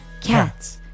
cats